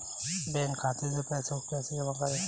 Bank खाते से पैसे को कैसे जमा करें?